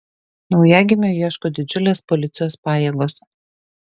naujagimio ieško didžiulės policijos pajėgos